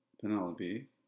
Penelope